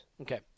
Okay